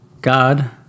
God